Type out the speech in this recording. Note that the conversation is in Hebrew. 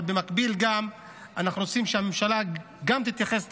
אבל במקביל אנחנו רוצים שהממשלה גם תתייחס לאנשים.